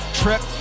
trip